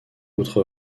outre